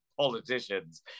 politicians